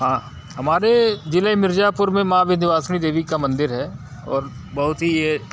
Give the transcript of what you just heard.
हाँ हमारे ज़िले मिर्ज़ापुर में माँ विंध्यवासिनी देवी का मंदिर है और बहुत ही ये